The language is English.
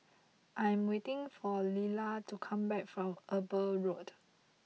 I am waiting for Lilla to come back from Eber Road